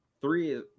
three